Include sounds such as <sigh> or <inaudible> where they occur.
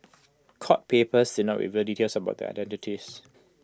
court papers <unintelligible> not reveal details about their identities